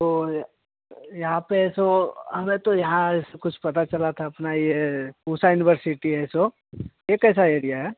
तो यहाँ पर सो हमें तो यहाँ ऐसे कुछ पता चला था अपना यह पूसा यूनिवर्सिटी है सो ये कैसा एरिया है